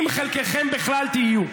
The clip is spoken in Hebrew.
אם חלקכם בכלל תהיו.